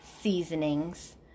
seasonings